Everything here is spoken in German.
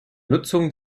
nutzung